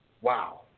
Wow